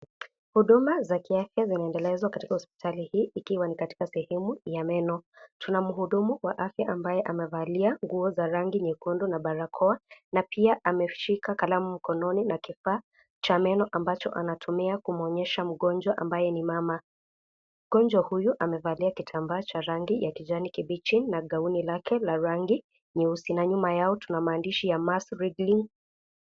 Huduma za kiafya zinaendelea katika hospitali hii ikiwa ni katika sehemu ya meno. Tunamhudumu wa afya ambaye amevalia nguo za rangi nyekundu na barakoa na pia ameshika kalamu mkononi na kifaa cha meno ambacho anatumia kumuonyesha mgonjwa ambaye ni mama. Mgonjwa huyu amevalia kitambaa cha rangi ya kijani kibichi na gauni lake la rangi nyeusi na nyuma yao tuna maandishi ya Mars Wrigley.